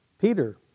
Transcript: Peter